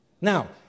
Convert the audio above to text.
Now